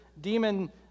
demon